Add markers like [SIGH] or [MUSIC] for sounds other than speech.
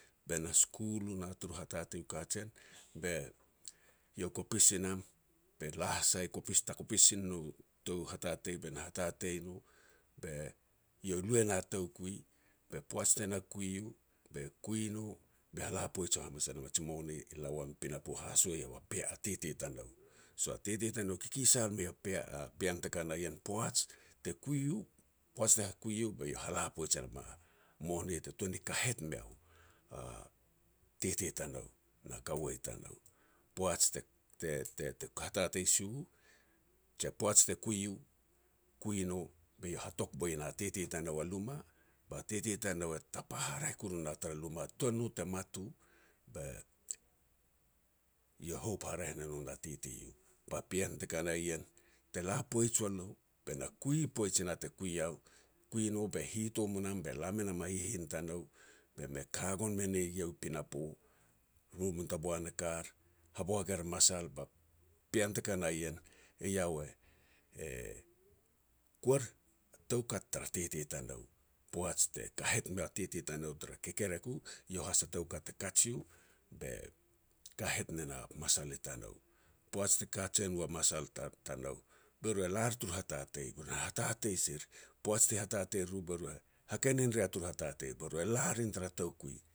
be na skul u na taru hatatei u kajen, be iau kopis i nam, be la sai kopis takopis sin no tou hatatei be na hatatei no, be eiau lu e na toukui, be poaj te na kui u, be kui no be hala poaj hamanas e nam a ji mone e la uam i pinapo haso eiau a [HESITATION] a titi tanou. So a titi tanou kikisal mei a pea-pean te ka ien poaj te kui u, poaj tena kui u, be eiou hala poaj e nam a moni te toan ni kahet meiau a titi tanou na kaua tanoui. Poats te-te-te hatatei si u, jia poaj te kui u, kui no be iau hatok boi na titi tanou a luma, ba titi tanou e tapa hareah kuru na tara luma tuan no te mat u. Be eiau houp haraeh ne no na titi u. Ba pean te ka na ien, te la poij wa lou, be na kui poij na te kui eiau, kui no be hitom o nam, be la me nam a hihin tanou, be me ka gon me ne eiau i pinapo. Ru mun toboan e kar, haboak er a masal ba pean te ka na ien, eiau e re kuer a toukat tara titi tanou, poaj te kahat mea titi tanou, te kekerek u eiau has a toukat te katsiu, be kahet meiau a masal tanou. Poaj ti kajen u a masal tanou, be ru e lar tur hatatei be hatatei sir. Poaj ti hatatei u ru, be ru hakenin rea tur hatatei be ru e lar rin tara toukui.